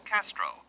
Castro